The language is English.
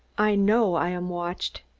i know i am watched,